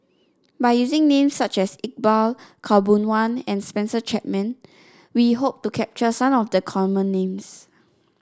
by using names such as Iqbal Khaw Boon Wan and Spencer Chapman we hope to capture some of the common names